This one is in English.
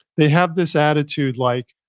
they have this attitude like,